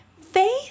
Faith